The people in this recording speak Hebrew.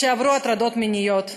שעברו הטרדות מיניות,